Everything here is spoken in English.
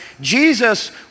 Jesus